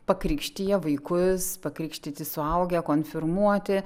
pakrikštiję vaikus pakrikštyti suaugę konfirmuoti